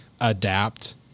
adapt